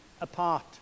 apart